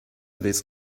this